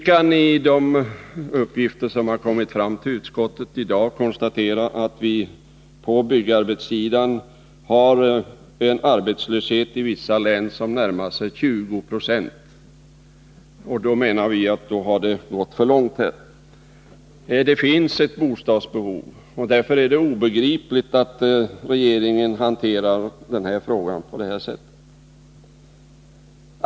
Enligt uppgifter som har kommit till utskottet kan man konstatera att det på byggarbetssidan finns en arbetslöshet som i vissa län närmar sig 20 20. Då har det, enligt vår åsikt, gått för långt. Det finns ett bostadsbehov, och därför är det obegripligt att regeringen hanterar frågan på detta sätt.